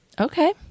Okay